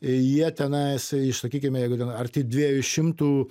jie tenais iš sakykime jeigu ten arti dviejų šimtų